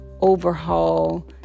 overhaul